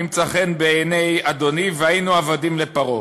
נמצא חן בעיני אדני והיינו עבדים לפרעה.